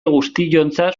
guztiontzat